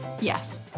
yes